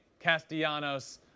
Castellanos